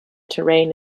terrain